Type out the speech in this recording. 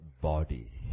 body